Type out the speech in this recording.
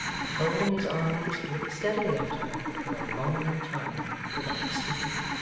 and folding his arms looked steadily at her for a long time without speaking.